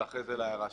ואחרי זה להערה שלך.